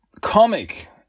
comic